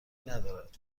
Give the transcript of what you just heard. ندارد